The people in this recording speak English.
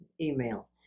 email